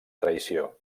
traïció